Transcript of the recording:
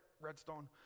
redstone